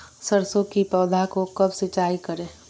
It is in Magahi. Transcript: सरसों की पौधा को कब सिंचाई करे?